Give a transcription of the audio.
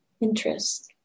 interest